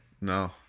No